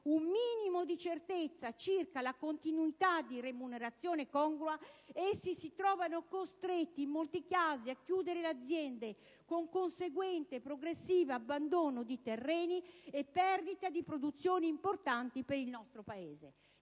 un minimo di certezza circa la continuità di remunerazione congrua, essi si trovano costretti in molti casi a chiudere le aziende, con conseguente progressivo abbandono di terreni e perdita di produzioni importanti per il nostro Paese.